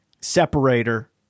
separator